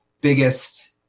biggest